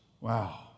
Wow